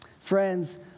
Friends